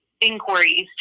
inquiries